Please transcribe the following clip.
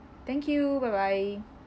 thank you bye bye